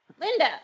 Linda